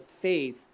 faith